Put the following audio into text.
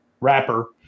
wrapper